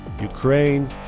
Ukraine